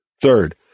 Third